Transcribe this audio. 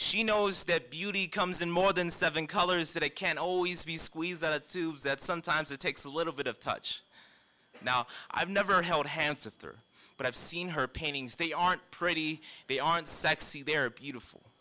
she knows that beauty comes in more than seven colors that it can always be squeezed out of tubes that sometimes it takes a little bit of touch now i've never held hands with her but i've seen her paintings they aren't pretty they aren't sexy they're beautiful